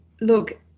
Look